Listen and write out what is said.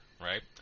right